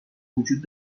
وجود